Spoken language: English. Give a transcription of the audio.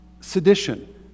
sedition